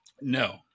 No